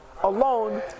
alone